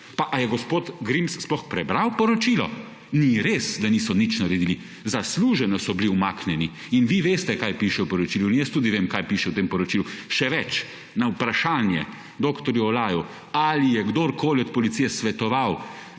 Pa, ali je gospod Grims sploh prebral poročilo? Ni res, da niso nič naredili. Zasluženo so bili umaknjeni in vi veste, kaj piše v poročilu in jaz tudi vem, kaj piše v tem poročilu. Še več, na vprašanje dr. Olaju, ali je kdorkoli od policije svetoval,